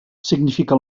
significa